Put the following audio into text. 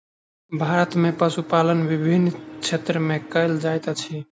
भारत में पशुपालन विभिन्न क्षेत्र में कयल जाइत अछि